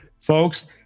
folks